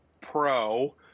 Pro